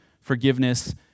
forgiveness